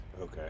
okay